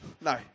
no